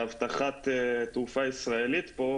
והבטחת תעופה ישראלית פה,